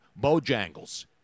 Bojangles